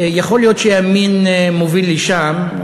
יכול להיות שהימין מוביל לשם,